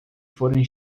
forem